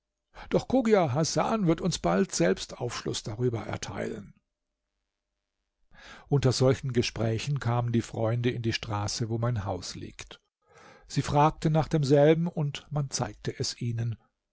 doch chogia hasan wird uns bald selbst aufschluß darüber erteilen unter solchen gesprächen kamen die freunde in die straße wo mein haus liegt sie fragten nach demselben und man zeigte es ihnen